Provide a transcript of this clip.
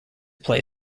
play